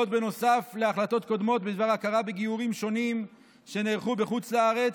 בנוסף להחלטות קודמות בדבר הכרה בגיורים שונים שנערכו בחוץ לארץ,